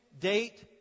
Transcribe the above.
date